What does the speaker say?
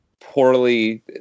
poorly